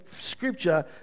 Scripture